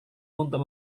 untuk